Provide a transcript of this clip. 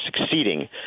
succeeding